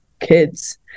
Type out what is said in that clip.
kids